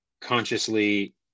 consciously